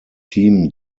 team